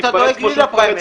חשבתי שאתה דואג לי לפריימריז,